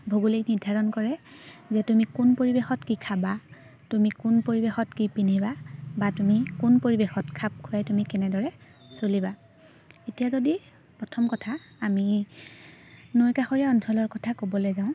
ভৌগোলিক নিৰ্ধাৰণ কৰে যে তুমি কোন পৰিৱেশত কি খাবা তুমি কোন পৰিৱেশত কি পিন্ধিবা বা তুমি কোন পৰিৱেশত খাপ খুৱাই তুমি কেনেদৰে চলিবা এতিয়া যদি প্ৰথম কথা আমি নৈ কাষৰীয়া অঞ্চলৰ কথা ক'বলৈ যাওঁ